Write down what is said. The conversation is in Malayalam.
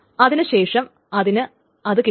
അതിനു ശേഷം അതിന് അത് കിട്ടും